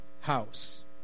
house